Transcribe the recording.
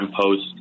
post